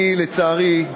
לצערי,